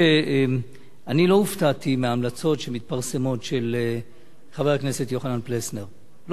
אני לא הופתעתי מההמלצות של חבר הכנסת יוחנן פלסנר שמתפרסמות.